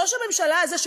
ראש הממשלה הזה,